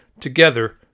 together